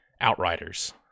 Outriders